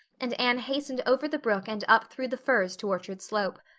and anne hastened over the brook and up through the firs to orchard slope.